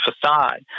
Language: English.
facade